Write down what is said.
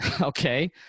Okay